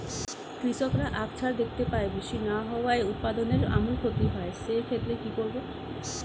কৃষকরা আকছার দেখতে পায় বৃষ্টি না হওয়ায় উৎপাদনের আমূল ক্ষতি হয়, সে ক্ষেত্রে কি করব?